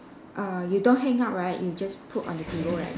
uh you don't hang up right you just put on the table right